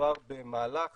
שמדובר במהלך